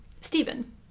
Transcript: Stephen